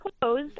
closed